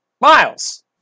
Miles